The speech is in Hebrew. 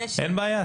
אין בעיה.